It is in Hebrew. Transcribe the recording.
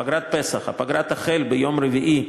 פגרת פסח: הפגרה תחל ביום רביעי,